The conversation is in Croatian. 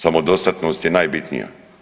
Samodostatnost je najbitnija.